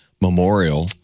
memorial